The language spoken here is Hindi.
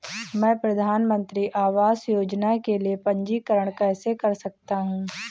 मैं प्रधानमंत्री आवास योजना के लिए पंजीकरण कैसे कर सकता हूं?